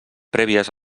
prèvies